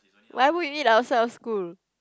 why would you eat outside of school